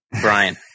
Brian